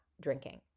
drinking